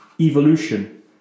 evolution